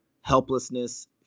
helplessness